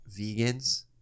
vegans